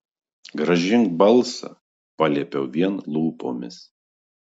grąžink balsą paliepiau vien lūpomis